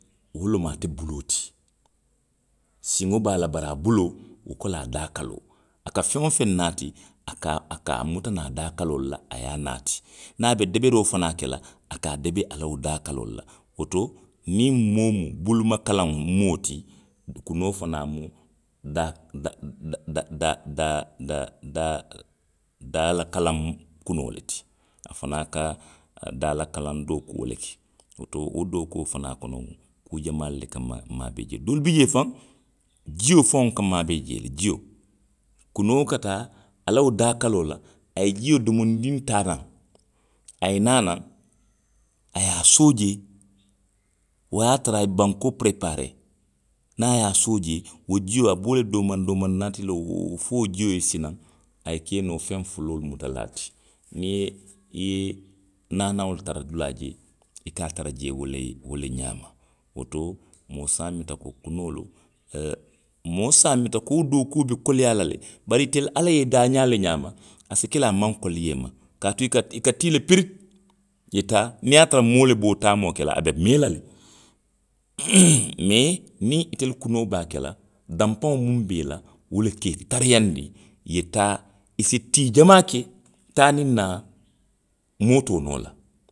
Wo lemu ate buloo ti. Siŋo be a la, bari a buloo, wo ko le a daa kaloo. A ka feŋo feŋ naati. a ka, a ka a muta naŋ a daa kaloo la, a ye a naati. Niŋ a be deberoo fanaŋ ke la, a ka a debe a la wo daa kaloo le la. Woto, niŋ moo, bulumakalaŋo mu wo ti. kunoo fanaŋ mu. da. da, da, da. daa, daa, daa la kalaŋo kunoo le ti a fanaŋ ka. a daa la kalaŋ dookuo le ke. Woto wo dookuo fanaŋ kono, kuu jamaa le ka maabee jee. Doolu bi jee faŋ. jio faŋo ka maabee jee le, jio. Kunoo ka taa, a la wo daa kaloo la. a ye jio domondiŋ taa naŋ. a ye naa naŋ, a ye a soo jee, wo ye a tara a ye bankoo perepaaree, niŋ a ye a soo jee. wo jio a ka wo le doomaŋ doomaŋ naati le fo wo jio ye sinaŋ, a ye ke noo feŋ fuloolu mutalaa ti. Niŋ i ye, i ye naanaŋolu tara dulaa je, i ka a tara jee wo le, wo le ňaama. woto, moo se a muta ko kunoolu oo, moo se a muta ko wo dookuo be koleyaa la le. bari itelu ala ye i daa ňaa le ňaama, a si ke le a maŋ koleyaa i ma. Kaatu i ka, i ka tii le pripu, i ye taa, niŋ ye a tara moo le be wo taamoo ke la. a be mee la le. Mee. niŋ itelu kunoo be a ke la. danpaŋolu muŋ be i la. wo le ka i tariyaandi. I ye taa. i si tii jamaa ke, taa niŋ naa. moo te wo noo la